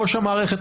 ראש המערכת,